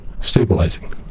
stabilizing